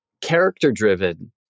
character-driven